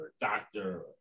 doctor